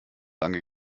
lange